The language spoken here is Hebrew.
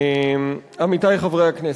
עמיתי חברי הכנסת,